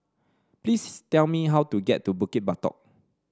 please tell me how to get to Bukit Batok